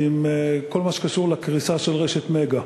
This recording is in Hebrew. על כל מה שקשור לקריסה של רשת "מגה"